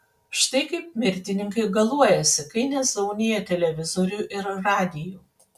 štai kaip mirtininkai galuojasi kai nezaunija televizorių ir radijų